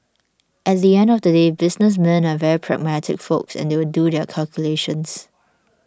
at the end of the day businessmen are very pragmatic folks and they'll do their calculations